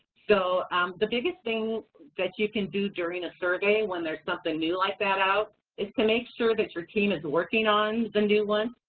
so the biggest thing that you can do during a survey when there's something new like that out, is to make sure that your team is working on the new one.